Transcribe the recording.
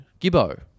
Gibbo